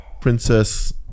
Princess